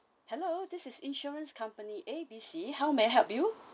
hello this is insurance company A B C how may I help you